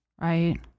right